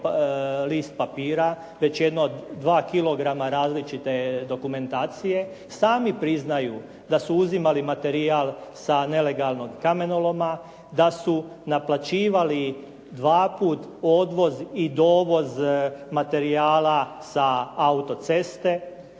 list papira, već jedno dva kilograma različite dokumentacije, sami priznaju da su uzimali materijal sa nelegalnog kamenoloma, da su naplaćivali dvaput odvoz i dovoz materijala sa autoceste.